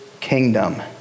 kingdom